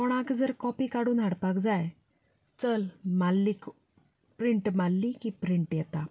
कोणाक जर कॉपी काडून हाडपाक जाय चल प्रिंट मारली की प्रिंट येता